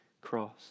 cross